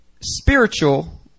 Spiritual